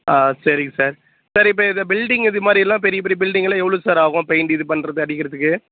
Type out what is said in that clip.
ஆ சரிங்க sir sir இப்போ இது பில்டிங் இதுமாதிரியெல்லாம் பெரிய பெரிய பில்டிங்கெல்லாம் எவ்வளோது சார் ஆகும் பெயிண்ட் இது பண்ணுறது அடிக்கிறதுக்கு